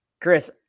Chris